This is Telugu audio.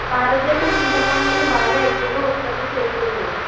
భారతదేసం సింతపండును బాగా ఎక్కువగా ఉత్పత్తి సేస్తున్నది